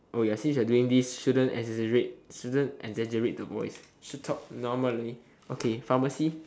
oh ya since you're doing this shouldn't exaggerate shouldn't exaggerate the voice should talk normally